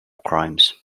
crimes